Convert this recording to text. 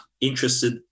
interested